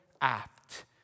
apt